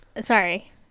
Sorry